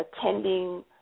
attending